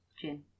gin